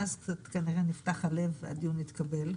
ואז קצת כנראה נפתח הלב והדיון התקבל.